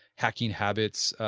hacking habits.